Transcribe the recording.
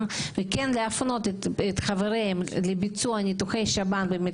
מבין עשרה מנתחים לפחות וכן את המוסד הרפואי שבו יבוצע